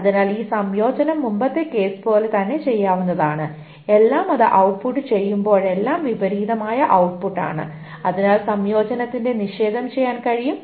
അതിനാൽ ഈ സംയോജനം മുമ്പത്തെ കേസ് പോലെ തന്നെ ചെയ്യാവുന്നതാണ് എല്ലാം അത് ഔട്ട്പുട്ട് ചെയ്യുമ്പോഴെല്ലാം വിപരീതമായ ഔട്ട്പുട്ട് ആണ് അതിനാൽ സംയോജനത്തിന്റെ നിഷേധം ചെയ്യാൻ കഴിയും